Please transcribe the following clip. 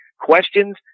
questions